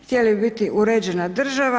Htjeli bi biti uređena država.